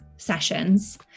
sessions